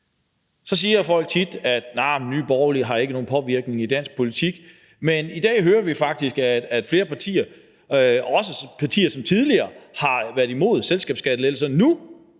siger tit, at Nye Borgerlige ikke påvirker dansk politik, men i dag hører vi faktisk, at flere partier, også partier, som tidligere har været imod selskabsskattelettelser, nu